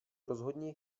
rozhodně